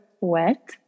wet